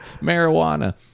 marijuana